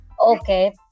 Okay